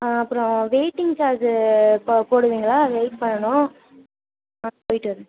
ஆ அப்புறம் waiting charge இப்போ போடுவீங்களா வெய்ட் பண்ணணும் ஆ போய்விட்டு வர